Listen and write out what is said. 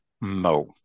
mo